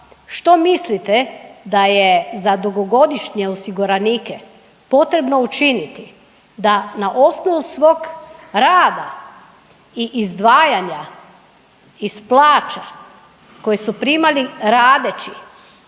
što mislite da je za dugogodišnje osiguranike potrebno učiniti da na osnovu svog rada i izdvajanja iz plaća koje su primali radeći